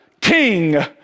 King